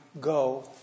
go